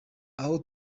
aho